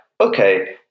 okay